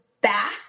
back